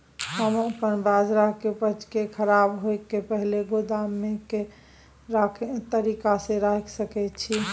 हम अपन बाजरा के उपज के खराब होय से पहिले गोदाम में के तरीका से रैख सके छी?